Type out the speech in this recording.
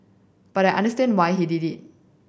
but understand why he did it